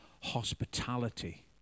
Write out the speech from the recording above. hospitality